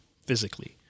Physically